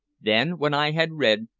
then when i had read,